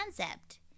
concept